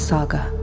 Saga